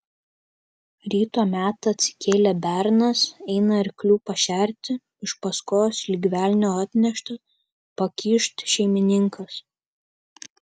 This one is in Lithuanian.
ryto metą atsikėlė bernas eina arklių pašerti iš paskos lyg velnio atneštas pakyšt šeimininkas